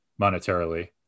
monetarily